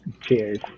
Cheers